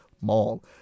Mall